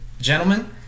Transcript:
gentlemen